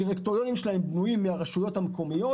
הדירקטוריונים שלהם בנויים מהרשויות המקומיות.